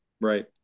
Right